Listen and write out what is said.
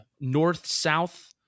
north-south